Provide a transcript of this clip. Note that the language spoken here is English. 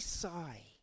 sigh